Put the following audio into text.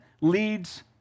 leads